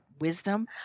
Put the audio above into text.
wisdom